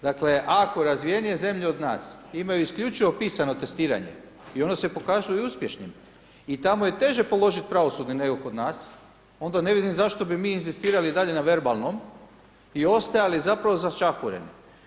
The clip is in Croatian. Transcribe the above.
Dakle, ako razvijenije zemlje od nas imaju isključivo pisano testiranje i ono se pokazuje uspješnim i tamo je teže položiti pravosudni nego kod nas onda ne vidim zašto bi mi inzistirali i dalje na verbalnom i ostajali zapravo začahureni.